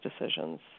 decisions